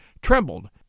trembled